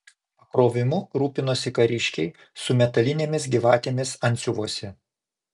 pakrovimu rūpinosi kariškiai su metalinėmis gyvatėmis antsiuvuose